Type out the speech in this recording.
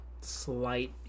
slight